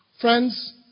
Friends